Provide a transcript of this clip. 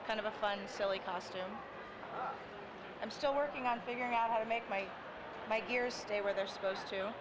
it's kind of a fun silly costume i'm still working on figuring out how to make my my gear stay where they're supposed to